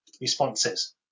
responses